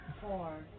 four